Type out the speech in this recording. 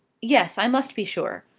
yes, i must be sure.